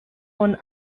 und